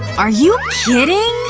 are you kidding?